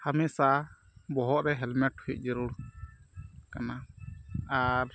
ᱦᱟᱢᱮᱥᱟ ᱵᱚᱦᱚᱜ ᱨᱮ ᱦᱮᱞᱢᱮᱴ ᱦᱩᱭᱩᱜ ᱡᱟᱹᱨᱩᱲ ᱠᱟᱱᱟ ᱟᱨ